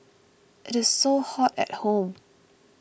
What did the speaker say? it is so hot at home